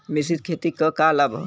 मिश्रित खेती क का लाभ ह?